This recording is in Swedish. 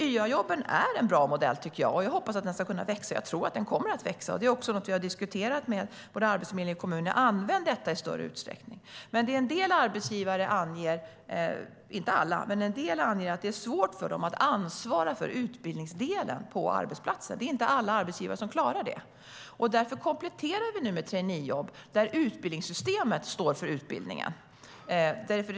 YA-jobben är en bra modell, tycker jag, och jag hoppas att de ska kunna växa. Jag tror att de kommer att göra det. Vi har diskuterat med både Arbetsförmedlingen och kommunerna om att de ska användas i större utsträckning. En del arbetsgivare - inte alla, men en del - anger att det är svårt för dem att ansvara för utbildningsdelen på arbetsplatser. Det är inte alla arbetsgivare som klarar detta. Därför kompletterar vi nu med traineejobb där utbildningssystemet står för utbildningen.